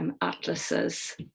atlases